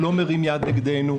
הוא לא מרים יד נגדנו.